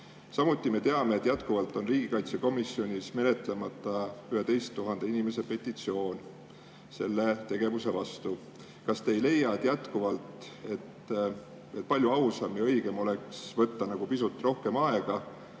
Samuti me teame, et jätkuvalt on riigikaitsekomisjonis menetlemata 11 000 inimese petitsioon selle tegevuse vastu. Kas te ei leia, et palju ausam ja õigem oleks võtta pisut rohkem aega